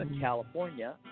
California